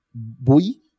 Bui